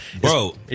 Bro